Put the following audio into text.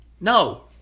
no